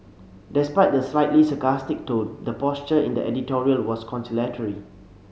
despite the slightly sarcastic tone the posture in the editorial was conciliatory